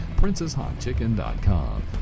PrincessHotChicken.com